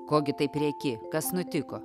ko gi taip rėki kas nutiko